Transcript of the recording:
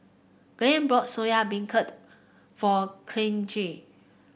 Glen brought Soya Beancurd for Kyleigh